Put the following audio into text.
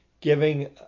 giving